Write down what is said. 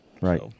Right